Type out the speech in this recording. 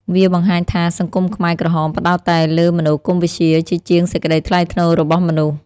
វាបង្ហាញថា សង្គមខ្មែរក្រហមផ្ដោតតែលើមនោគមវិជ្ជា ជាជាងសេចក្ដីថ្លៃថ្នូររបស់មនុស្ស។